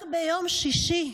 רק ביום שישי,